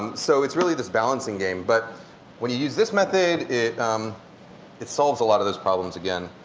so it's really this balancing game, but when you use this method it it solves a lot of those problems, again.